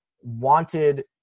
wanted